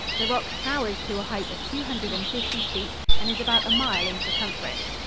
the rock towers to a height of two hundred and fifty feet and is about a mile in circumference.